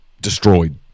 destroyed